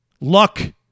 Luck